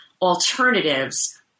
alternatives